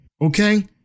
Okay